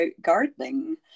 gardening